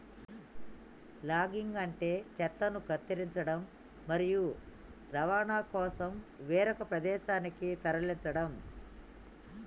logging అంటే చెట్లను కత్తిరించడం, మరియు రవాణా కోసం వేరొక ప్రదేశానికి తరలించడం